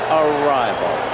arrival